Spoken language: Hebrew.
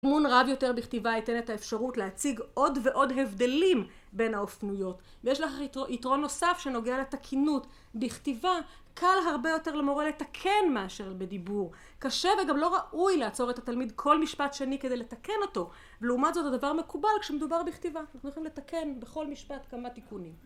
תיקון רב יותר בכתיבה ייתן את האפשרות להציג עוד ועוד הבדלים בין האופנויות ויש לכך יתרון נוסף שנוגע לתקינות בכתיבה קל הרבה יותר למורה לתקן מאשר בדיבור קשה וגם לא ראוי לעצור את התלמיד כל משפט שני כדי לתקן אותו ולעומת זאת הדבר מקובל כשמדובר בכתיבה אנחנו צריכים לתקן בכל משפט כמה תיקונים